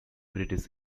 british